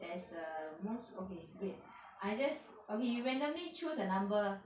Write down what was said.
there's the most okay wait I just okay you randomly choose a number